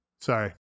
sorry